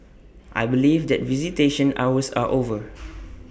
I believe that visitation hours are over